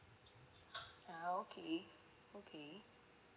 ah okay okay